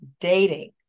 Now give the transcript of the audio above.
dating